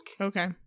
Okay